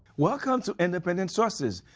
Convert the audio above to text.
welcome to independent sources,